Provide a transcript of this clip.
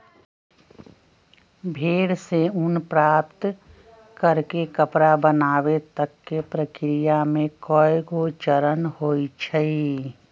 भेड़ से ऊन प्राप्त कऽ के कपड़ा बनाबे तक के प्रक्रिया में कएगो चरण होइ छइ